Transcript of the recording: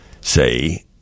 say